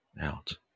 out